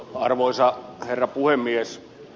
arvoisa herra puhemies